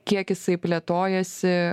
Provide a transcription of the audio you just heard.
kiek jisai plėtojasi